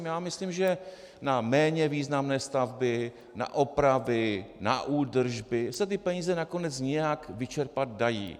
Já myslím, že na méně významné stavby, na opravy, na údržby se ty peníze nakonec nějak vyčerpat dají.